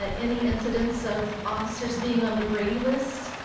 ah any incidence of officers being on the brady list,